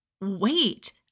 wait